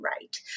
right